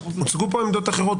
הוצגו פה עמדות אחרות,